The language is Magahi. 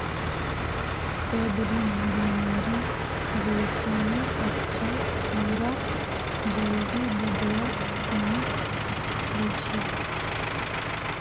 पेबरीन बीमारी रेशमेर बच्चा कीड़ाक जल्दी बढ़वा नी दिछेक